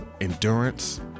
endurance